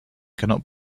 cannot